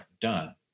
done